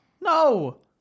No